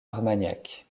armagnac